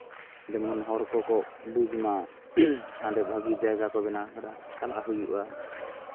ᱡᱮᱢᱚᱱ ᱦᱚᱲ ᱠᱚᱠᱚ ᱵᱩᱡᱽᱢᱟ ᱦᱟᱸᱰᱮ ᱵᱷᱟᱹᱜᱤ ᱡᱟᱭᱜᱟ ᱠᱚ ᱵᱮᱱᱟᱣ ᱟᱠᱟᱫᱟ ᱪᱟᱞᱟᱜ ᱦᱩᱭᱩᱜᱼᱟ